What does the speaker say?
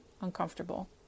uncomfortable